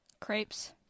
crepes